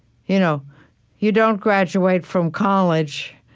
you know you don't graduate from college,